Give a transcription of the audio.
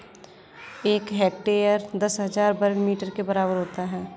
एक हेक्टेयर दस हजार वर्ग मीटर के बराबर होता है